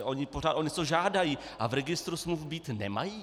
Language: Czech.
Oni pořád o něco žádají, a v registru smluv být nemají?